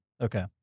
Okay